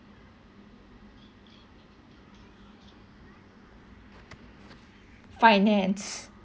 finance